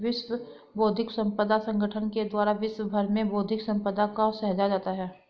विश्व बौद्धिक संपदा संगठन के द्वारा विश्व भर में बौद्धिक सम्पदा को सहेजा जाता है